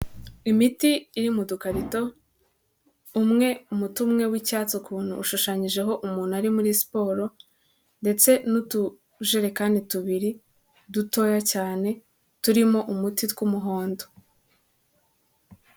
Imiti iri mu dukarito umwe, umuti umwe w'icyatsi ukuntu ushushanyijeho umuntu ari muri siporo ndetse n'utujerekani tubiri dutoya cyane turimo umuti tw'umuhondo.